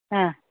ആ